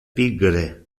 pigre